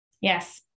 Yes